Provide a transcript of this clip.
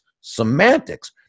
semantics